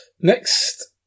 Next